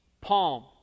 palm